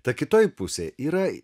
ta kitoji pusėje yra